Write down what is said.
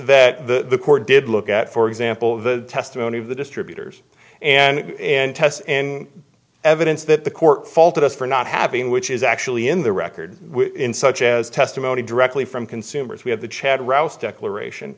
that the court did look at for example the testimony of the distributors and tests and evidence that the court faulted us for not having which is actually in the record in such as testimony directly from consumers we have the chad rouse declaration